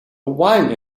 wine